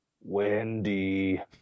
Wendy